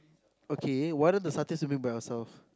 okay why not the Satays we make by ourselves